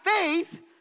faith